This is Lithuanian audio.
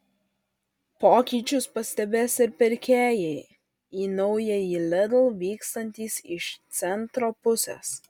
pokyčius pastebės ir pirkėjai į naująjį lidl vykstantys iš centro pusės